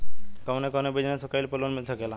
कवने कवने बिजनेस कइले पर लोन मिल सकेला?